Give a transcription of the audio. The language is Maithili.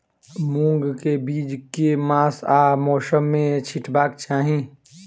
मूंग केँ बीज केँ मास आ मौसम मे छिटबाक चाहि?